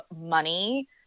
money